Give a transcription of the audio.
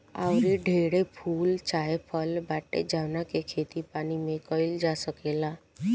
आऊरी ढेरे फूल चाहे फल बाटे जावना के खेती पानी में काईल जा सकेला